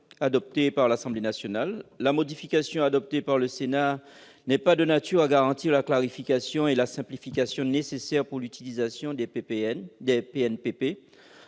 adopté par l'Assemblée nationale. La modification apportée par le Sénat n'est pas de nature à garantir la clarification et la simplification nécessaires pour l'utilisation des